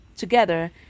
together